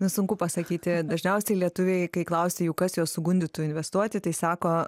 nu sunku pasakyti dažniausiai lietuviai kai klausi jų kas juos sugundytų investuoti tai sako